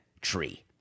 tree